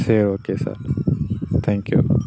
சரி okay sir thank you